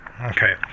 Okay